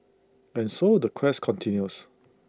and so the quest continues